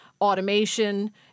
automation